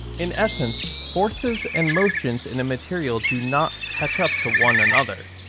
in essence forces and motions in a material do not catch up to one another,